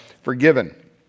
forgiven